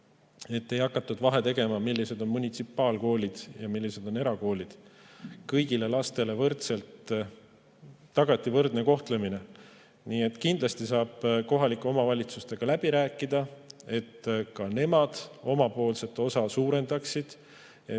Ei hakatud vahet tegema, millised on munitsipaalkoolid ja millised on erakoolid. Kõigile lastele tagati võrdne kohtlemine. Nii et kindlasti saab kohalike omavalitsustega läbi rääkida, et ka nemad oma osa suurendaksid,